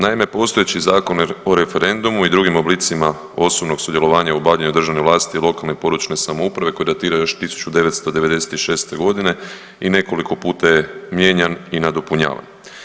Naime postojeći Zakon o referendumu i drugim oblicima osobnog sudjelovanja u obavljanju državne vlasti, lokalne i područne samouprave koji datira još 1996. godine i nekoliko puta je mijenjan i nadopunjavan.